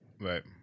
Right